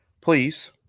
please